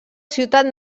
ciutat